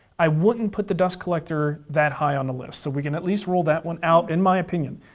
i wouldn't put the dust collector that high on the list we can at least rule that one out, in my opinion.